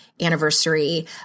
anniversary